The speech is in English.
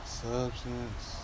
substance